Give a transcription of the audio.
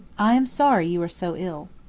i am sorry you are so ill.